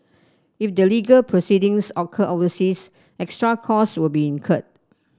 if the legal proceedings occur overseas extra cost will be incurred